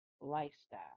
lifestyle